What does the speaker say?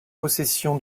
possession